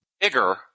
bigger